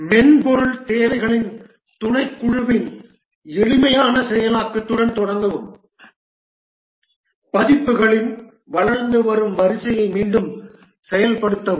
மென்பொருள் தேவைகளின் துணைக்குழுவின் எளிமையான செயலாக்கத்துடன் தொடங்கவும் பதிப்புகளின் வளர்ந்து வரும் வரிசையை மீண்டும் செயல்படுத்தவும்